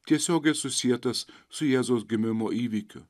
tiesiogiai susietas su jėzaus gimimo įvykiu